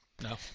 No